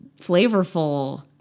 flavorful